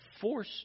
force